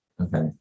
Okay